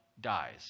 dies